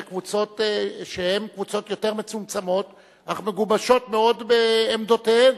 בקבוצות שהן קבוצות יותר מצומצמות אך מגובשות מאוד בעמדותיהן,